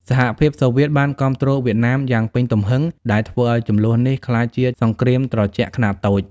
សហភាពសូវៀតបានគាំទ្រវៀតណាមយ៉ាងពេញទំហឹង ដែលធ្វើឱ្យជម្លោះនេះក្លាយជាសង្គ្រាមត្រជាក់ខ្នាតតូច។